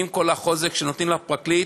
עם כל החוזק שנותנים לפרקליט,